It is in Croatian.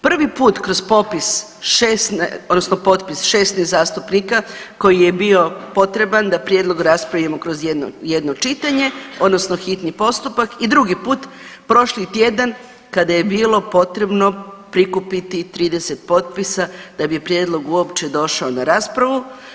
Prvi put kroz popis odnosno potpis 16 zastupnika koji je bio potreban da prijedlog raspravimo kroz jedno čitanje odnosno hitni postupak i drugi put prošli tjedan kada je bilo potrebno prikupiti 30 potpisa da bi prijedlog uopće došao na raspravu.